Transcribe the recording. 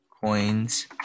coins